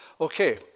Okay